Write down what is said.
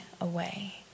away